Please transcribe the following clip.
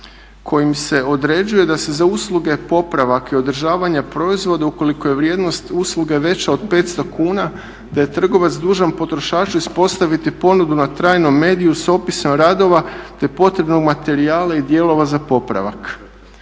kojim se određuje da se za usluge popravaka i održavanja proizvoda ukoliko je vrijednost usluge veća od 500 kuna da je trgovac dužan potrošaču ispostaviti ponudu na trajnom mediju s opisom radova te potrebe materijala i dijelova za popravak.